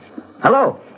Hello